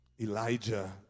Elijah